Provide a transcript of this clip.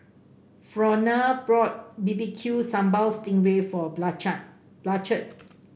Fronia bought B B Q Sambal Sting Ray for Blanchard